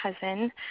cousin